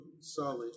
solid